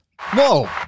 Whoa